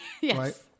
Yes